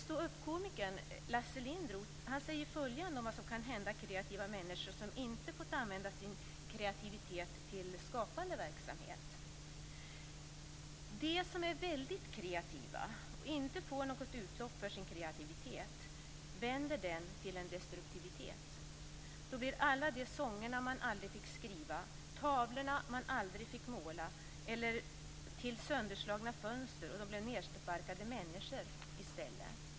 Stå-uppkomikern Lasse Lindroth säger följande om vad som kan hända kreativa människor som inte fått använda sin kreativitet till skapande verksamhet: De som är väldigt kreativa och inte får något utlopp för sin kreativitet vänder den till destruktivitet. Då blir alla de sånger man aldrig fick skriva och de tavlor man aldrig fick måla till sönderslagna fönster och nedsparkade människor i stället.